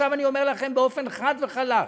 אני אומר לכם באופן חד וחלק: